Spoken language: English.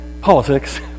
politics